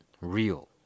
real